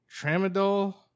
Tramadol